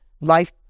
life